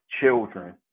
children